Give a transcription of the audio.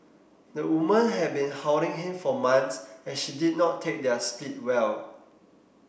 the woman had been hounding him for months as she did not take their split well